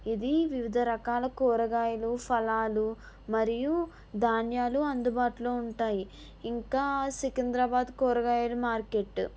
ఇది వివిధ రకాల కూరగాయలు ఫలాలు మరియు ధాన్యాలు అందుబాటులో ఉంటాయి ఇంకా సికింద్రాబాద్ కూరగాయలు మార్కెట్